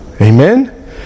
Amen